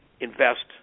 invest